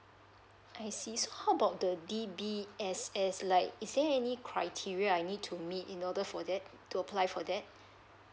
I see so how about the D_B_S_S like is there any criteria I need to meet in order for that to apply for that